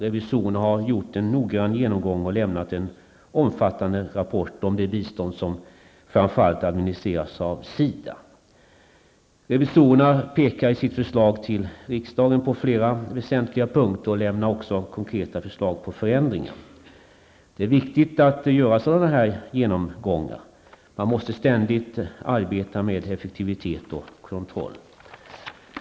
Revisorerna har gjort en noggrann genomgång och lämnat en omfattande rapport om det bistånd som framför allt administreras av Revisorerna pekar i sitt förslag till riksdagen på flera väsentliga punkter och lämnar också konkreta förslag till förändringar. Det är viktigt att göra sådana genomgångar. Man måste ständigt arbeta med effektivitet och kontroll.